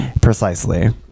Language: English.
Precisely